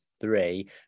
three